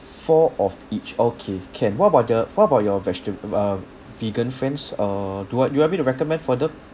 four of each okay can what about the what about your vegeta~ uh vegan friends uh do I you want me to recommend for them